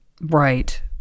right